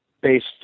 based